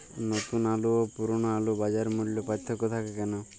নতুন আলু ও পুরনো আলুর বাজার মূল্যে পার্থক্য থাকে কেন?